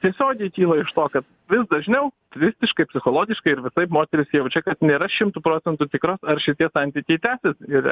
tiesiogiai kyla iš to kad vis dažniau visiškai psichologiškai ir visaip moterys jaučia kad nėra šimtu procentų tikros ar šitie santykiai tęsis ir